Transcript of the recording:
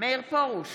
מאיר פרוש,